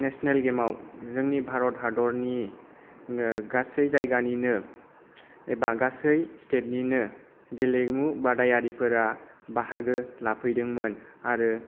national game आव जोंनि भारत हादरनिनो गासै जायगानिनो एबा गासै स्टेट निनो गेलेमु बादायारिफोरा बाहागो लाफैदोंमोन आरो